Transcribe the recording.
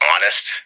honest